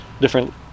different